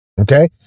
okay